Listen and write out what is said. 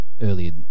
earlier